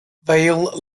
vale